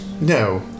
No